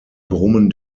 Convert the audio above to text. brummen